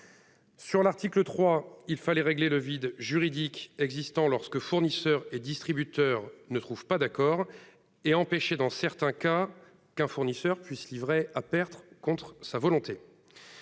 l'article 3, il fallait régler le vide juridique existant lorsque fournisseurs et distributeurs ne trouvent pas d'accord et empêcher que, dans certains cas, un fournisseur ne puisse livrer à perte contre sa volonté.